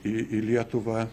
į į lietuvą